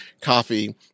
coffee